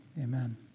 Amen